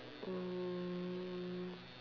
um